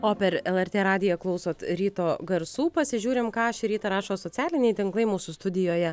o per lrt radiją klausot ryto garsų pasižiūrim ką šį rytą rašo socialiniai tinklai mūsų studijoje